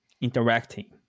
Interacting